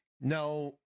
no